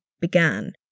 began